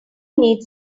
need